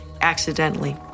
accidentally